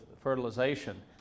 fertilization